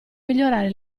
migliorare